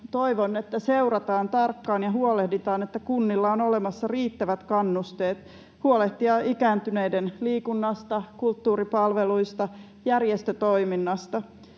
synnyn myötä seurataan tarkkaan ja huolehditaan, että kunnilla on olemassa riittävät kannusteet huolehtia ikääntyneiden liikunnasta, kulttuuripalveluista, järjestötoiminnasta.